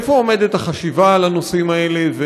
איפה עומדת החשיבה על הנושאים האלה,